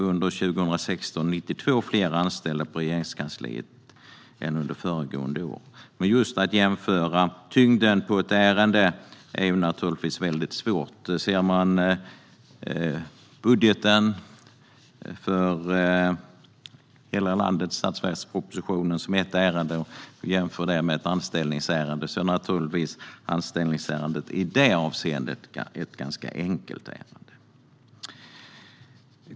Under 2016 ökade antalet anställda på Regeringskansliet med 92 jämfört med föregående år. Att jämföra tyngden på ett ärende är dock svårt. Om man ser budgetpropositionen för hela landet som ett ärende och jämför den med ett anställningsärende är anställningsärendet i det avseendet naturligtvis ett ganska enkelt ärende.